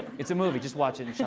it's a movie. just watch it